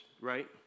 right